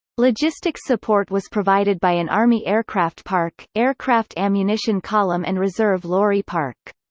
logistics support was provided by an army aircraft park, aircraft ammunition column and reserve lorry park.